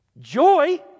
joy